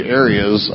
areas